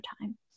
time